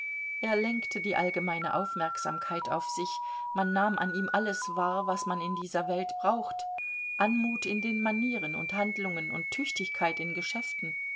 er lenkte die allgemeine aufmerksamkeit auf sich man nahm an ihm alles wahr was man in dieser welt braucht anmut in den manieren und handlungen und tüchtigkeit in geschäften